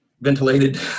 ventilated